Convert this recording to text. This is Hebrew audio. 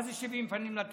מה זה שבעים פנים לתורה?